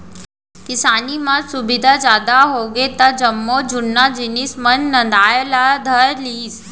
किसानी म सुबिधा जादा होगे त जम्मो जुन्ना जिनिस मन नंदाय ला धर लिस